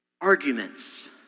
arguments